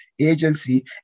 agency